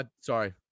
Sorry